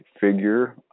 figure